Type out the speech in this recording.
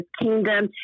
kingdom